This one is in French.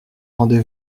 rendez